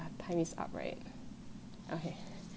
our time is up right okay